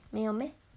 没有 meh